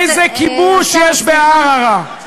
איזה כיבוש יש בערערה?